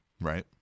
right